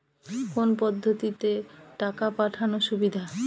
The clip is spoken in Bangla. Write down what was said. কোন পদ্ধতিতে টাকা পাঠানো সুবিধা?